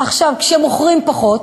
עכשיו, כשמוכרים פחות,